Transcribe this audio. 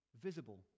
visible